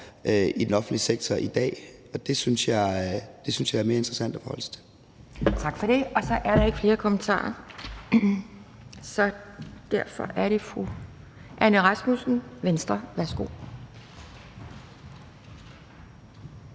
i den offentlige sektor i dag, og det synes jeg er mere interessant at forholde sig til. Kl. 11:37 Anden næstformand (Pia Kjærsgaard): Tak for det. Så er der ikke flere kommentarer, og derfor er det fru Anne Rasmussen, Venstre. Værsgo.